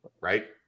right